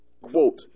Quote